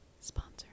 Sponsor